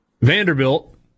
Vanderbilt